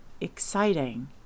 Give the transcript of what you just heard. exciting